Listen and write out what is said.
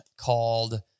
called